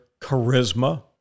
charisma